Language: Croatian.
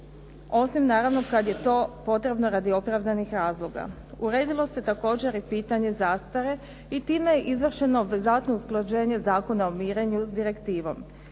Osim naravno kada je to potrebno radi opravdanih razloga. Uredilo se također i pitanje zastare i time je izvršeno obvezatno usklađenje Zakona o mirenju s direktivom